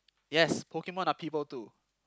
yes Pokemon are people too